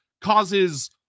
causes